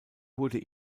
wurde